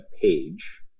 page